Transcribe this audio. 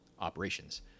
operations